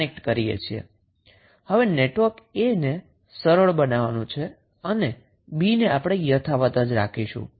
હવે network A ને સરળ બનાવવાનું છે અને B ને આપણે યથાવત જ રાખીશું